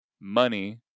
money